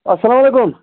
اَسَلامَ علیکُم